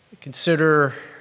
Consider